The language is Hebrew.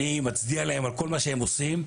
אני מצדיע להם על כל מה שהם עושים.